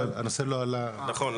הנושא לא עלה --- נכון,